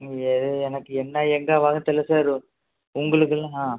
ம் எது எனக்கு என்ன எங்கே வாங்கிறதுனு தெரியல சார் உங்களுக்கெல்லாம் ஆ